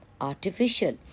artificial